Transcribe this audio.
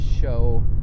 show